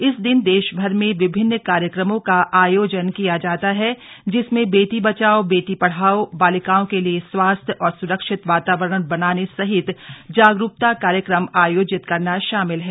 इस दिन देशभर में विभिन्न कार्यक्रमों का आयोजन किया जाता है जिसमें बेटी बचाओ बेटी पढ़ाओं बालिकाओं के लिए स्वास्थ्य और सुरक्षित वातावरण बनाने सहित जागरूकता कार्यक्रम आयोजित करना शामिल है